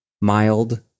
mild